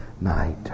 night